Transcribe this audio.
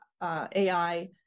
AI